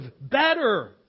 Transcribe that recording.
better